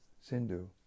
Sindhu